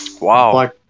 Wow